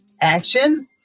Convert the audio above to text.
action